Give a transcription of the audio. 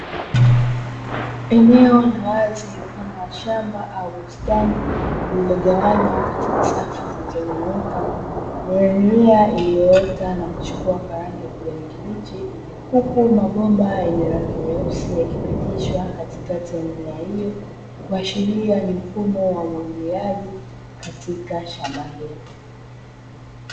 Eneo la wazi mfano wa shamba au bustani lililogawanywa katika safu zilizonyooka, lenye mimea iliyoota na kuchipua kwa rangi ya kijani kibichi huku mabomba ya rangi nyeusi yakipitishwa katikati ya mimea hiyo kuashiria ni mfumo wa umwagiliaji katika shamba hilo.